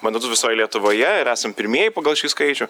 mandatus visoj lietuvoje ir esam pirmieji pagal šį skaičių